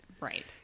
Right